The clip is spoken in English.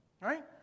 Right